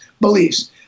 beliefs